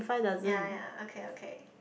ya ya okay okay